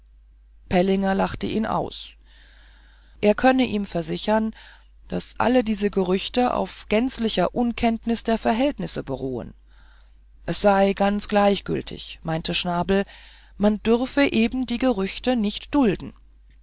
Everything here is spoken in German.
pellinger lachte ihn aus er könne ihn versichern daß alle diese gerüchte auf gänzlicher unkenntnis der verhältnisse beruhten das sei ganz gleichgültig meinte schnabel man dürfe eben die gerüchte nicht dulden